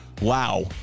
wow